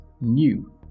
new